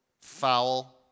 Foul